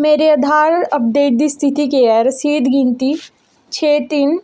मेरे आधार अपडेट दी स्थिति केह् ऐ रसीद गिनतरी छे तिन्न